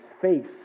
face